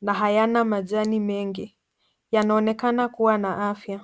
na hayana majani mengi. Yanaonekana kuwa na afya.